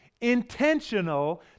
intentional